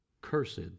Cursed